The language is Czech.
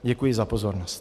Děkuji za pozornost.